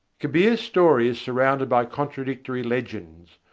kabir's story is surrounded by contradictory legends,